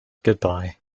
goodbye